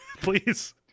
Please